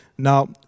Now